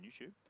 YouTube